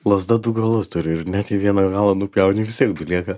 lazda du galus turi ir net jei vieną galą nupjauni vis tiek lieka